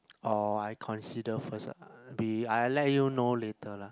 or I consider first be I let you know later lah